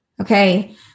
okay